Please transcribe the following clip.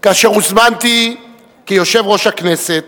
כאשר הוזמנתי כיושב-ראש הכנסת